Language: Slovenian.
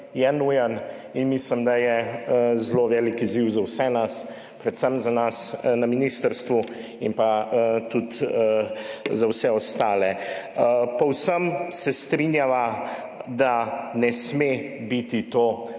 in mislim, da je zelo velik izziv za vse nas, predvsem za nas na ministrstvu in pa tudi za vse ostale. Povsem se strinjava, da ne sme biti to